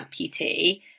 amputee